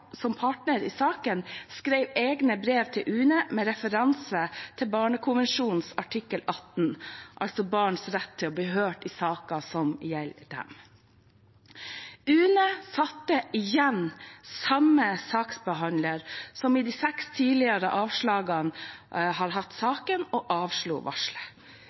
berørte parter i saken, skrev egne brev til UNE med referanse til barnekonvensjonens artikkel 12, om barns rett til å bli hørt i saker som gjelder dem. UNE satte igjen inn samme saksbehandler som i de seks tidligere avslagene hadde saken, og avslo